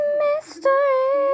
mystery